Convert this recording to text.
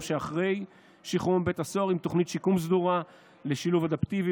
שאחרי שחרורו מבית הסוהר עם תוכנית שיקום סדורה לשילוב אדפטיבי